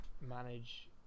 manage